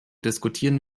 diskutieren